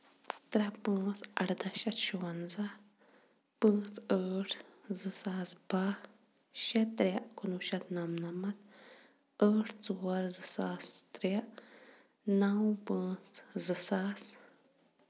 ترٛےٚ پانژھ اَردہ شیٚتھ شُونزہ پانٛژھ ٲٹھ زٕ ساس باہ شیٚے ترٛےٚ کُنہٕ وُہ شیٚتھ نَمنَمَتھ ٲٹھ ژور زٕ ساس ترٛےٚ نو پانٛژھ زٕ ساس